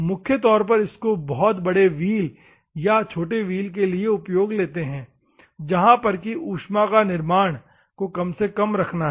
मुख्य तौर पर इसको बहुत बड़े व्हील और छोटे व्हील के लिए उपयोग लेते है जहां पर की उष्मा के निर्माण को कम से कम रखना है